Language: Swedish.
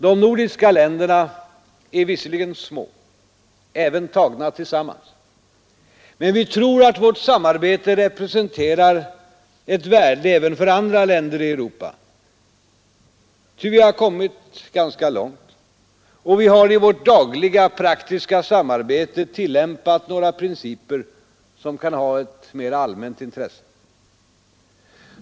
De nordiska länderna är visserligen små, även tagna tillsammans, men vi tror att vårt samarbete representerar ett värde även för andra länder i Europa, ty vi har kommit ganska långt, och vi har i vårt dagliga, praktiska samarbete tillämpat några principer som kan ha ett mera allmänt intresse.